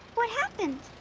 what happened?